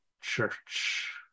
church